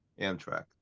Amtrak